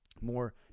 More